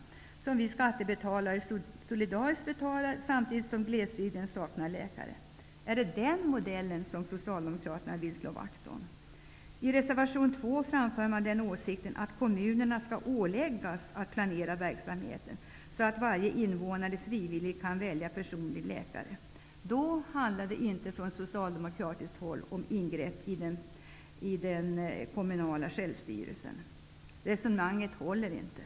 Detta betalar vi skattebetalare solidariskt, samtidigt som glesbygden saknar läkare. Är det den modellen Socialdemokraterna vill slå vakt om? I reservation 2 framför man den åsikten att kommunerna skall åläggas att planera verksamheten så, att varje invånare frivilligt kan välja personlig läkare. Då menar Socialdemokraterna inte att det handlar om ingrepp i den kommunala självstyrelsen. Resonemanget håller inte.